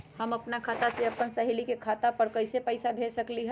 हम अपना खाता से अपन सहेली के खाता पर कइसे पैसा भेज सकली ह?